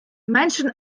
menschen